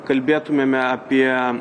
kalbėtumėme apie